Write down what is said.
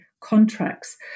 contracts